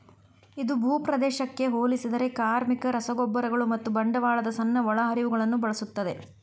ಇದು ಭೂಪ್ರದೇಶಕ್ಕೆ ಹೋಲಿಸಿದರೆ ಕಾರ್ಮಿಕ, ರಸಗೊಬ್ಬರಗಳು ಮತ್ತು ಬಂಡವಾಳದ ಸಣ್ಣ ಒಳಹರಿವುಗಳನ್ನು ಬಳಸುತ್ತದೆ